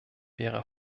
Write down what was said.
wäre